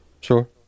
Sure